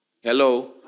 Hello